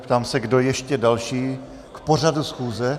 Ptám se, kdo ještě další k pořadu schůze.